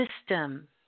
system